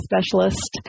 specialist